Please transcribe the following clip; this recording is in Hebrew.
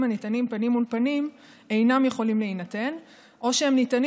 הניתנים פנים מול פנים אינם יכולים להינתן או שהם ניתנים